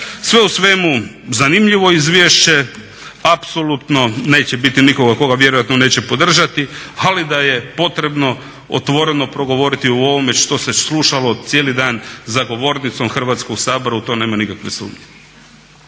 Sve u svemu zanimljivo izvješće, apsolutno neće biti nikoga ko ga vjerojatno neće podržati, ali da je potrebno otvoreno progovoriti u ovome što se slušalo cijeli dan za govornicom Hrvatskog sabora u to nema nikakve sumnje.